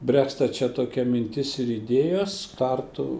bręsta čia tokia mintis ir idėjos tartu